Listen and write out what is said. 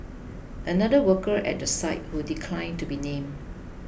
another worker at the site who declined to be named